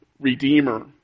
Redeemer